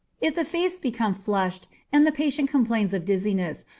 if the face become flushed, and the patient complains of dizziness,